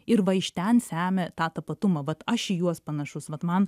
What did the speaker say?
ir va iš ten semia tą tapatumą vat aš į juos panašus vat man